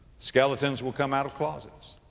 skeletons will come out of closets